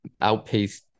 outpaced